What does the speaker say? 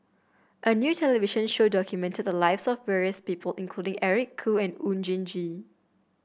a new television show documented the lives of various people including Eric Khoo and Oon Jin Gee